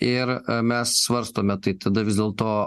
ir mes svarstome tai tada vis dėlto